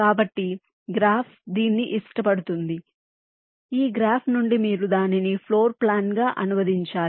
కాబట్టి గ్రాఫ్ దీన్ని ఇష్టపడుతుంది ఈ గ్రాఫ్ నుండి మీరు దానిని ఫ్లోర్ ప్లాన్గా అనువదించాలి